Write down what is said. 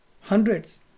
hundreds